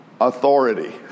authority